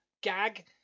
gag